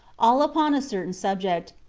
all upon a certain subject,